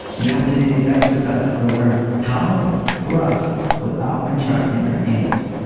you have to do these exercises to learn how to thrust without contracting your anus.